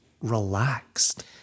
relaxed